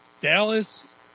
Dallas